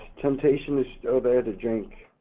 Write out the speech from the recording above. temptation is still there to drink